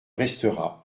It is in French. restera